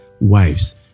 Wives